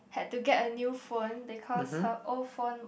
had to get a new phone because her old phone